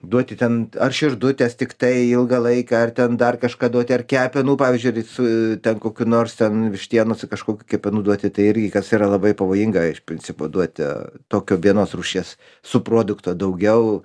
duoti ten ar širdutes tiktai ilgą laiką ar ten dar kažką duoti ar kepenų pavyzdžiui ir su ten kokių nors ten vištienos kažkokių kepenų duoti tai irgi kas yra labai pavojinga iš principo duoti tokio vienos rūšies subprodukto daugiau